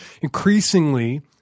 increasingly